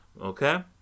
Okay